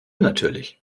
natürlich